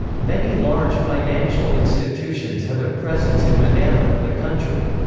many large financial institutions have a presence in manama, the country's